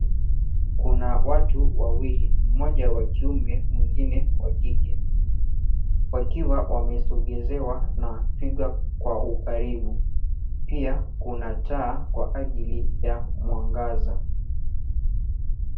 Kuna watu wawili mmoja wa kiume mwingine wa kike, wakiwa wamesongezewa na twiga kwa ukaribu. Pia kuna taa kwa ajili ya mwangaza.